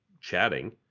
chatting